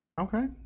okay